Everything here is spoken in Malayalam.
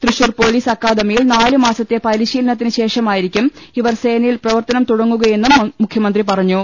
തൃശൂർ പൊലീസ് അക്കാദമിയിൽ നാലു മാസത്തെ പരിശീലനത്തിന് ശേഷമായിരിക്കും ഇവർ സേന യിൽ പ്രവർത്തനം തുടങ്ങുകയെന്നും മുഖ്യമന്ത്രി പറഞ്ഞു